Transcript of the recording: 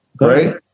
Right